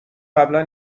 قبلا